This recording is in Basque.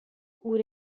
gure